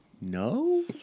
No